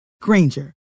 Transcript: Granger